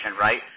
right